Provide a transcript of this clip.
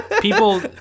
People